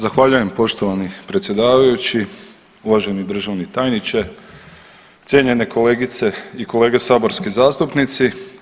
Zahvaljujem poštovani predsjedavajući, uvaženi državni tajniče, cijenjene kolegice i kolege saborski zastupnici.